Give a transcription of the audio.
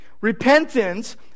Repentance